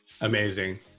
Amazing